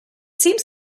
seems